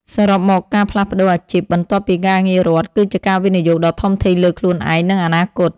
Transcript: សរុបមកការផ្លាស់ប្តូរអាជីពបន្ទាប់ពីការងាររដ្ឋ គឺជាការវិនិយោគដ៏ធំធេងលើខ្លួនឯង និងអនាគត។